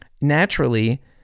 naturally